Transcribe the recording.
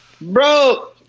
Bro